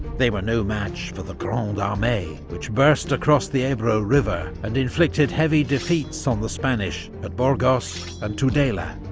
they were no match for the grande armee, which burst across the ebro river, and inflicted heavy defeats on the spanish at burgos and tudela.